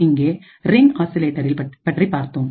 இங்கே நாம் ரிங் ஆசிலேட்டரில் பற்றி பார்த்தோம்